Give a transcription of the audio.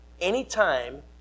anytime